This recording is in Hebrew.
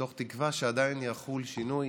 מתוך תקווה שיחול שינוי